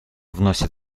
вносит